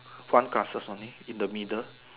sunglasses only in the middle